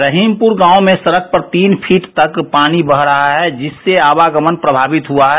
रहिमपुर गांव में सड़क पर ंतीन फीट तक पानो बह रहा है जिससे आवागमन प्रमावित हुआ है